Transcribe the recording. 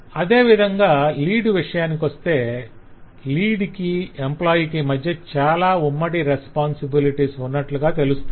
అదేవిధంగా లీడ్ విషయానికొస్తే లీడ్ కి ఎంప్లాయ్ కి మధ్య చాలా ఉమ్మడి రెస్పొంసిబిలిటీస్ ఉన్నట్లుగా తెలుస్తుంది